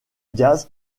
diaz